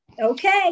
Okay